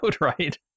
right